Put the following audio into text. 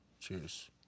Cheers